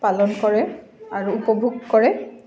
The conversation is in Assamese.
পালন কৰে আৰু উপভোগ কৰে